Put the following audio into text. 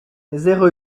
zéro